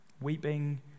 weeping